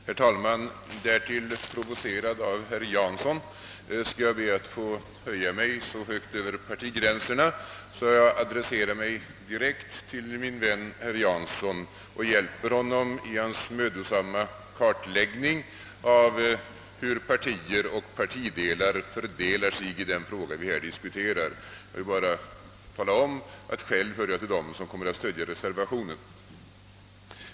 Herr talman! Därtill provocerad av herr Jansson skall jag be att få höja mig så högt över partigränserna, att jag adresserar mig direkt till min vän herr Jansson och hjälper honom i hans mödosamma kartläggning av hur partier och partidelar fördelar sig i sitt ställningstagande i denna fråga. Jag vill bara tala om att jag själv hör till dem som kommer att stödja reservationen.